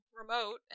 remote